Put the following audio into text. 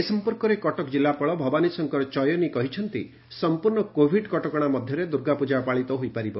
ଏ ସମ୍ପର୍କରେ କଟକ ଜିଲ୍ଲାପାଳ ଭବାନୀ ଶଙ୍କର ଚୟନି କହିଛନ୍ତି ସମ୍ମର୍ଶ୍ର କୋଭିଡ୍ କଟକଣା ଭିତରେ ଦୁର୍ଗାପ୍ଟଜା ପାଳିତ ହୋଇପାରିବ